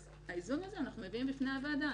את האיזון הזה אנחנו מביאים בפני הוועדה.